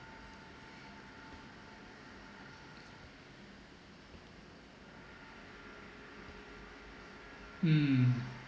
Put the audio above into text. mm